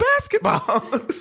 basketball